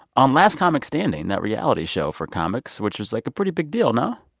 on last comic standing that reality show for comics which was, like, a pretty big deal, no?